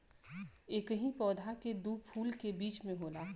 एकही पौधा के दू फूल के बीच में होला